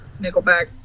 Nickelback